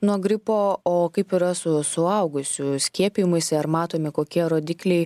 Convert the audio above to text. nuo gripo o kaip yra su suaugusiųjų skiepijimuisi ar matome kokie rodikliai